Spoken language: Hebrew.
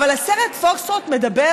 אבל הסרט "פוקסטרוט" מדבר